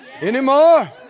anymore